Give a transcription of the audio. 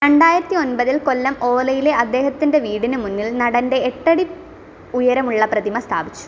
രണ്ടായിരത്തി ഒൻപതിൽ കൊല്ലം ഓലയിലെ അദ്ദേഹത്തിൻ്റെ വീടിന് മുന്നിൽ നടൻ്റെ എട്ടടി ഉയരമുള്ള പ്രതിമ സ്ഥാപിച്ചു